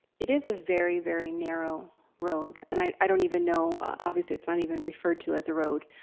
it is a very very narrow road. and i don't even know, obviously it's not even referred to as a road.